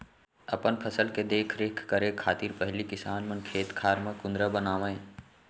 अपन फसल के देख रेख करे खातिर पहिली किसान मन खेत खार म कुंदरा बनावय